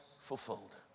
fulfilled